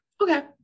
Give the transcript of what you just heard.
Okay